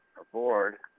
aboard